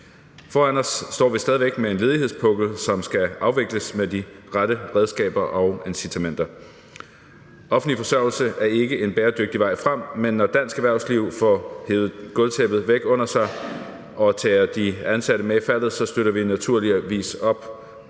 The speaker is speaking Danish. Foran os står vi stadig væk med en ledighedspukkel, som skal afvikles med de rette redskaber og incitamenter. Offentlig forsørgelse er ikke en bæredygtig vej frem, men når dansk erhvervsliv får hevet gulvtæppet væk under sig og tager de ansatte med i faldet, støtter vi naturligvis op